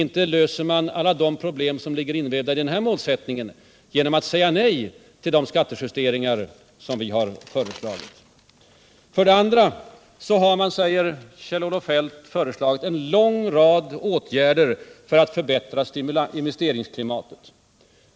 Inte löser man alla de problem som ligger inbäddade i denna målsättning genom att säga nej till de skattejusteringar som vi har föreslagit. För det andra har socialdemokraterna, säger Kjell-Olof Feldt, föreslagit en rad åtgärder för att förbättra investeringsklimatet.